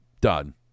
Done